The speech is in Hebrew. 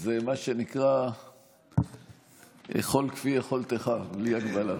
זה מה שנקרא "אכול כפי יכולתך", בלי הגבלה.